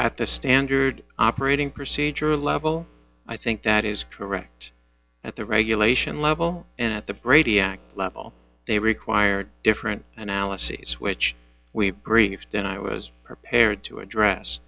at the standard operating procedure level i think that is correct at the regulation level and at the brady act level they required different analyses which we've greenest and i was prepared to address